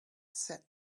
said